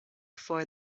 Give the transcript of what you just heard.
for